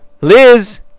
Liz